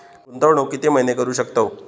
गुंतवणूक किती महिने करू शकतव?